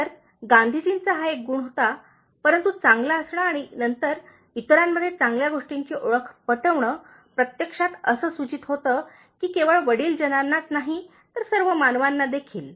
तर गांधीजींचा हा एक गुण होता परंतु चांगला असणे आणि नंतर इतरांमध्ये चांगल्या गोष्टींची ओळख पटविणे प्रत्यक्षात असे सूचित होते की केवळ वडीलजनांनाच नाही तर सर्व मानवांनादेखील